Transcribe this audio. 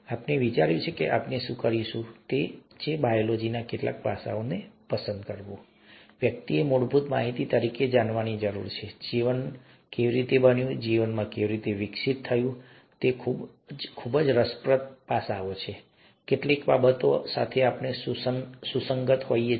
તો આપણે વિચાર્યું કે આપણે શું કરીશું તે છે બાયોલોજીના કેટલાક પાસાઓને પસંદ કરો કે વ્યક્તિએ મૂળભૂત માહિતી તરીકે જાણવાની જરૂર છે જીવન કેવી રીતે બન્યું જીવન કેવી રીતે વિકસિત થયું તે ખૂબ જ રસપ્રદ પાસાઓ છે જે કેટલીક બાબતો સાથે સુસંગત હોઈ શકે છે